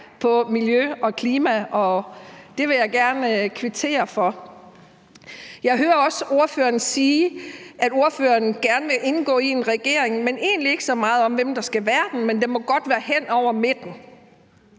på miljø- og klimaområdet. Det vil jeg gerne kvittere for. Jeg hører også ordføreren sige, at ordføreren gerne vil indgå i en regering – egentlig ikke så meget om, hvem der skal være i den, men den må godt være hen over midten.